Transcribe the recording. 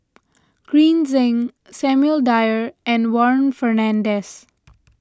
Green Zeng Samuel Dyer and Warren Fernandez